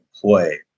play